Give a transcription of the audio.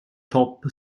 top